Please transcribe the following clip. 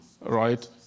right